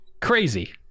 Crazy